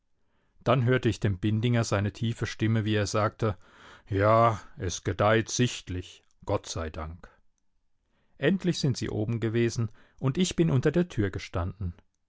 dann hörte ich dem bindinger seine tiefe stimme wie er sagte ja es gedeiht sichtlich gott sei dank endlich sind sie oben gewesen und ich bin unter der tür gestanden